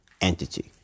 entity